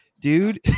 dude